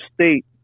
state